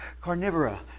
carnivora